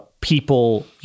people